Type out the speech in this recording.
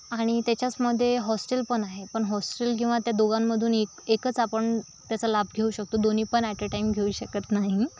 आणि त्याच्याचमधे हॉस्टेल पण आहे पण हॉस्टेल किंवा त्या दोघांमधून एक एकच आपण त्याचा लाभ घेऊ शकतो दोन्ही पण ॲट अ टाइम घेऊ शकत नाही